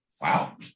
Wow